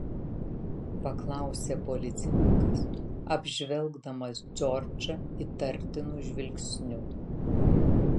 paklausė policininkas apžvelgdamas džordžą įtartinu žvilgsniu